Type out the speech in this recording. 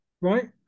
right